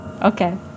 Okay